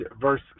verse